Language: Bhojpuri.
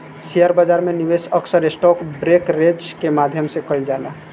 शेयर बाजार में निवेश अक्सर स्टॉक ब्रोकरेज के माध्यम से कईल जाला